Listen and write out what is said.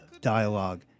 dialogue